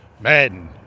Madden